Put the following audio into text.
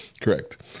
Correct